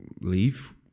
leave